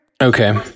Okay